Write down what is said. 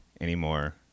anymore